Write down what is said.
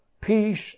peace